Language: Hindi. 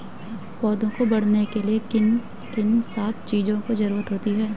पौधों को बढ़ने के लिए किन सात चीजों की जरूरत होती है?